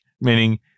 meaning